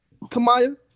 Kamaya